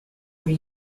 were